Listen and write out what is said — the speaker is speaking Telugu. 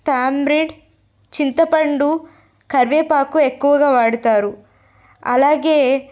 థాంబ్రిడ్ చింతపండు కరివేపాకు ఎక్కువగా వాడతారు అలాగే